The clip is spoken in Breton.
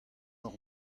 hor